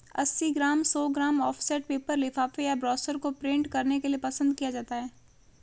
अस्सी ग्राम, सौ gram offset paper लिफाफे या ब्रोशर को प्रिंट करने के लिए पसंद किया जाता है